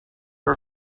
her